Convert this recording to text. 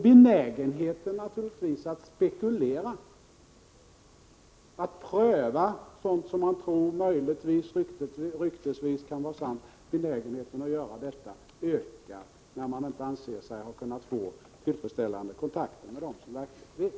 Benägenheten att spekulera och att pröva sådant som man tror möjligtvis kan vara sant ökar, när man inte anser sig ha fått tillräckliga kontakter med dem som verkligen vet.